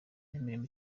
n’imirimo